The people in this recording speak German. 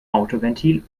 autoventil